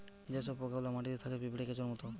যে সব পোকা গুলা মাটিতে থাকে পিঁপড়ে, কেঁচোর মত